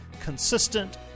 consistent